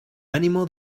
ánimo